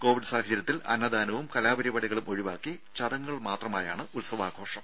Covid സാഹചര്യത്തിൽ അന്നദാനവും കലാപരിപാടികളും ഒഴിവാക്കി ചടങ്ങുകൾ മാത്രമായാണ് ഉത്സവാഘോഷം